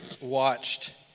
watched